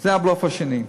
זה הבלוף השני.